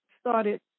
started